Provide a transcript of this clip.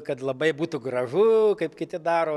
kad labai būtų gražu kaip kiti daro